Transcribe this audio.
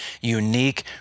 unique